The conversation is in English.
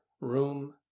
room